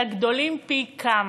אלא גדולים פי-כמה.